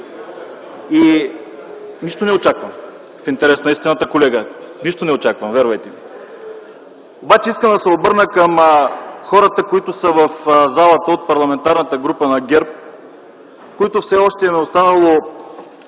Нищо не очаквам в интерес на истината, колега! Нищо не очаквам – вервайте ми! Обаче искам да се обърна към хората, които са в залата от Парламентарната група на ГЕРБ, на които все още им е останало